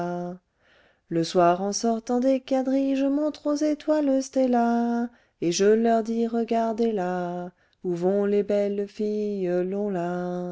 le soir en sortant des quadrilles je montre aux étoiles stella et je leur dis regardez-la où vont les belles filles